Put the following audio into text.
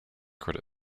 could